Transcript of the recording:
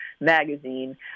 Magazine